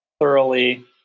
thoroughly